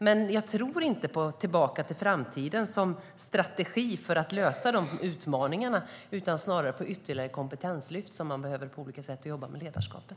Men jag tror inte på tillbaka till framtiden som strategi för att lösa de utmaningarna utan snarare på ytterligare kompetenslyft, som man behöver på olika sätt, och att man jobbar med ledarskapet.